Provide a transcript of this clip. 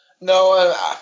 No